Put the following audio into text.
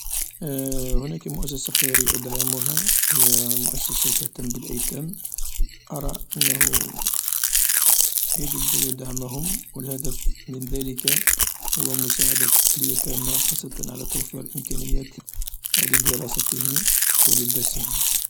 هناك مؤسسة خيرية أدعمها هي مؤسسة تهتم بالأيتام أرى أنه يجب دعمهم و الهدف من ذلك هو مساعدة اليتامى خاصة على توفير الإمكانيات لدراستهم و لباسهم.